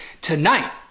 tonight